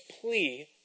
plea